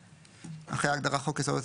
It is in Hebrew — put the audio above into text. התשנ"ח-1998,"; אחרי ההגדרה "חוק יסודות